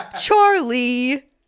Charlie